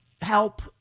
help